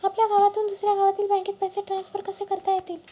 आपल्या गावातून दुसऱ्या गावातील बँकेत पैसे ट्रान्सफर कसे करता येतील?